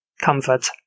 comfort